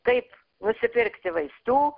kaip nusipirkti vaisių